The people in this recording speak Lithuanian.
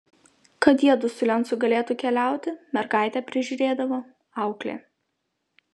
kad jiedu su lencu galėtų keliauti mergaitę prižiūrėdavo auklė